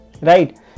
right